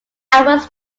albums